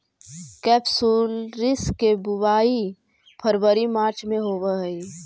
केपसुलरिस के बुवाई फरवरी मार्च में होवऽ हइ